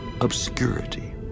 obscurity